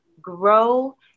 grow